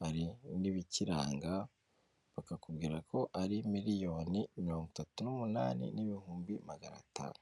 hari n'ibikiranga, bakakubwira ko ari miliyoni mirongo itatu n'umunani n'ibihumbi magana atanu.